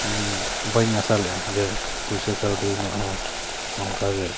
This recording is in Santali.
ᱵᱟᱹᱧ ᱟᱥᱟ ᱞᱮᱜᱼᱟ ᱡᱮ ᱯᱩᱭᱥᱟᱹ ᱠᱟᱹᱣᱰᱤ ᱤᱧᱟᱜ ᱦᱚᱸ ᱚᱱᱠᱟ ᱜᱮ